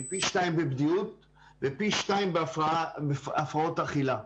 הם פי שניים בבדידות ופי שניים בהפרעות אכילה,